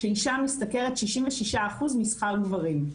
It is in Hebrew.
שאישה משתכרת 66% משכר גברים.